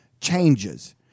changes